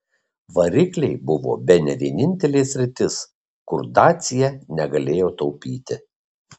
varikliai buvo bene vienintelė sritis kur dacia negalėjo taupyti